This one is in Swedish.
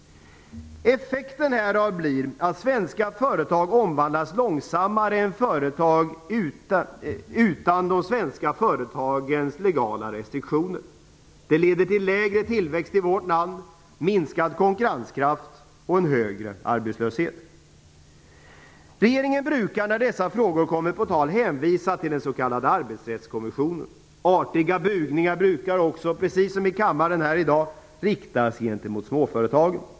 Effekten härav blir att svenska företag omvandlas långsammare än företag utan de svenska företagens legala restriktioner. Detta leder till lägre tillväxt i vårt land, minskad konkurrenskraft och en högre arbetslöshet. Regeringen brukar när dessa frågor kommer på tal hänvisa till den s.k. arbetsrättskommissionen. Artiga bugningar brukar också, precis som i kammaren här i dag, riktas gentemot småföretagen.